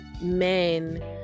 men